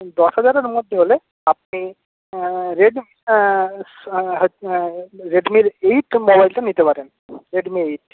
দশ হাজারের মধ্যে হলে আপনি রেডমির রেডমির এইট মোবাইলটা নিতে পারেন রেডমি এইট